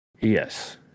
Yes